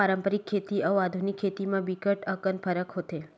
पारंपरिक खेती अउ आधुनिक खेती म बिकट अकन फरक होथे